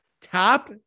Top